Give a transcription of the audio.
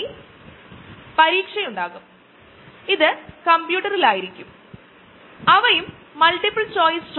കാൻസറിന്റെ ചികിത്സ ക്ക് കാൻസർ കോശങ്ങൾ നശിപ്പിക്കേണ്ടത് ആവശ്യമാണ്